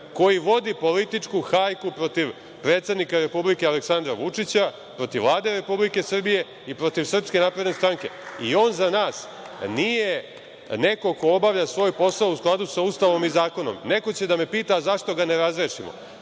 koji vodi političku hajku protiv predsednika Republike Aleksandra Vučića, protiv Vlade Republike Srbije i protiv SNS. On za nas nije neko ko obavlja svoj posao u skladu sa Ustavom i zakonom. Neko će da me pita – a zašto ga ne razrešimo?